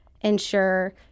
ensure